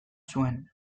zuen